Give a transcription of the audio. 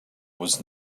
was